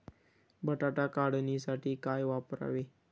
बटाटा काढणीसाठी काय वापरावे?